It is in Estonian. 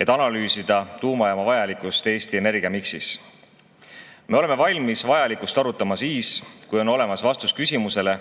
et analüüsida tuumajaama vajalikkust Eesti energiamiksis. Me oleme valmis vajalikkust arutama siis, kui on olemas vastus küsimusele,